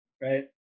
right